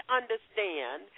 understand